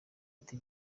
ati